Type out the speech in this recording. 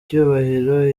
cyubahiro